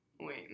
wait